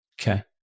Okay